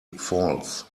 false